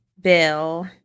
Bill